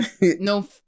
no